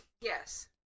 Yes